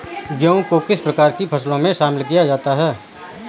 गेहूँ को किस प्रकार की फसलों में शामिल किया गया है?